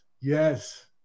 yes